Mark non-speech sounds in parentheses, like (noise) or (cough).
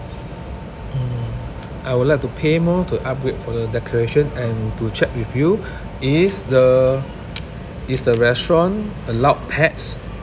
mm I would like to pay more to upgrade for the decoration and to check with you (breath) is the is the restaurant allowed pets